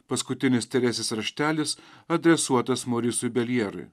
paskutinis teresės raštelis adresuotas morisui beljerui